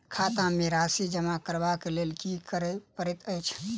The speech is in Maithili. खाता मे राशि जमा करबाक लेल की करै पड़तै अछि?